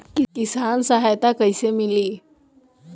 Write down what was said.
किसान सहायता कईसे मिली?